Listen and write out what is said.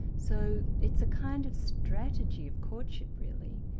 so it's a kind of strategy of courtship really,